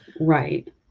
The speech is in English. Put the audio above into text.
Right